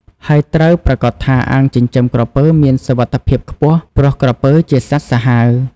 ហើយត្រូវប្រាកដថាអាងចិញ្ចឹមក្រពើមានសុវត្ថិភាពខ្ពស់ ព្រោះក្រពើជាសត្វសាហាវ។